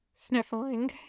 Sniffling